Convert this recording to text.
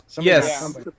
Yes